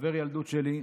חבר ילדות שלי.